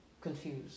confused